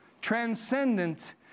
transcendent